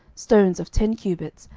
stones of ten cubits,